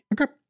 Okay